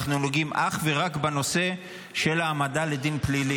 אנחנו נוגעים אך ורק בנושא של העמדה לדין פלילי.